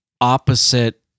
opposite